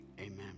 amen